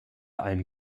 einen